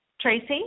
Tracy